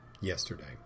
yesterday